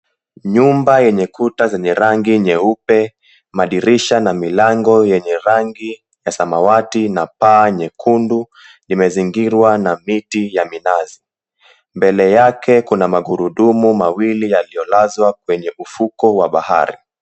Nyumba yenye kuta za rangi nyeupe madirisha na milango yenye rangi ya samawati na paa nyekundu imezingirwa na viti vya minazi mbele yake kuna magurudumu mawili yaliolazwa kwenye ufuko wa bahari.